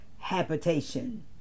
habitation